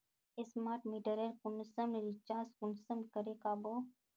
Smart मीटरेर कुंसम recharge कुंसम करे का बो?